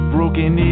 Broken